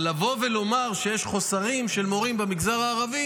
אבל לבוא ולומר שיש חוסרים של מורים במגזר הערבי